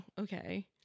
okay